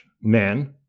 men